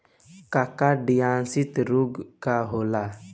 काकसिडियासित रोग का होखे?